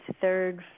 third